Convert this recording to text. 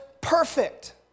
perfect